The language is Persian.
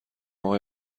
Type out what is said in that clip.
آقای